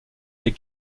des